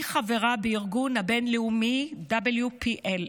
אני חברה בארגון הבין-לאומי WPL,